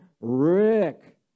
Rick